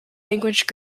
language